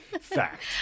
Fact